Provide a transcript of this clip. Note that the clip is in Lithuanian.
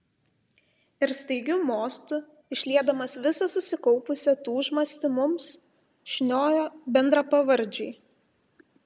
ir staigiu mostu išliedamas visą susikaupusią tūžmastį mums šniojo bendrapavardžiui